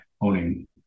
owning